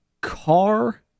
car